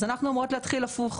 אז אנחנו אומרות להתחיל הפוך,